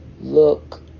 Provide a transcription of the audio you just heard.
look